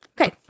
Okay